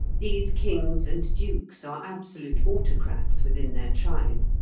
these kings and dukes are absolute autocrats within their tribe,